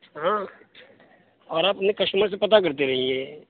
ہاں اور اپنے کشٹمر سے پتا کرتے رہیے